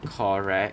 correct